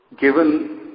given